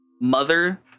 Mother